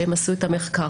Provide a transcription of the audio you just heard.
שהם עשו את המחקר.